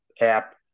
app